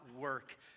work